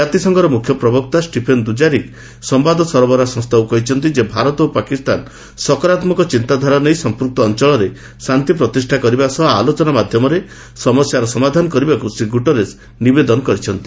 କାତିସଂଘର ମୁଖ୍ୟ ପ୍ରବକ୍ତା ଷ୍ଟିଫେନ ଦୁ୍କାରିକ ସମ୍ଭାଦ ସରବରାହ ସଂସ୍ଥାକୁ କହିଛନ୍ତି ଯେ ଭାରତ ଓ ପାକିସ୍ତାନ ସକରାତ୍ମକ ଚିନ୍ତାଧାରା ନେଇ ସମ୍ପୁକ୍ତ ଅଞ୍ଚଳରେ ଶାନ୍ତି ପ୍ରତିଷ୍ଠା କରିବା ସହ ଆଲୋଚନା ମାଧ୍ୟମରେ ସମସ୍ୟାର ସମାଧାନ କରିବାକୁ ଶ୍ରୀ ଗ୍ରୁଟାରେସ୍ ନିବେଦନ କରିଛନ୍ତି